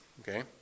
okay